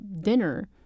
dinner